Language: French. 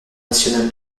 national